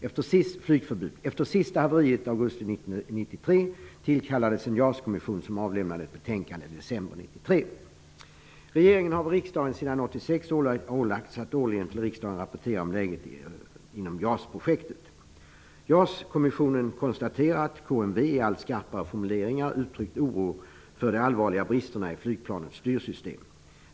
Efter det senaste haveriet i augusti 1993 Regeringen har av riksdagen sedan 1986 ålagts att årligen till riksdagen rapportera om läget inom KMI i allt skarpare formuleringar uttryckt oro för de allvarliga bristerna i flygplanets styrsystem.